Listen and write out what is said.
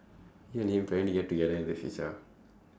you and him trying to get together in the future ah